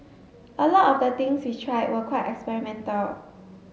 a lot of the things we tried were quite experimental